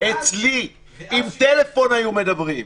אצלי עם טלפון היו מדברים.